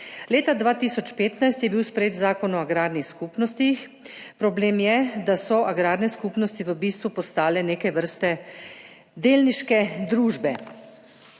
Leta 2015 je bil sprejet Zakon o agrarnih skupnostih. Problem je, da so agrarne skupnosti v bistvu postale neke vrste delniške družbe.